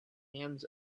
hands